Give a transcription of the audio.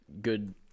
good